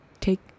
Take